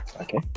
Okay